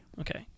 Okay